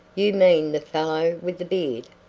you mean the fellow with the beard?